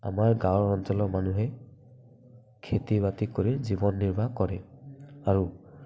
আমাৰ গাওঁ অঞ্চলৰ মানুহে খেতি বাতি কৰি জীৱন নিৰ্বাহ কৰে আৰু